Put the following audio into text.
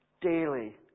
daily